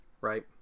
right